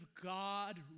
God